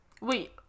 Wait